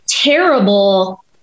terrible